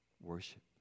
Worship